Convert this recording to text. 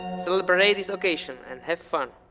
celebrate this occasion and have fun.